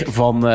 van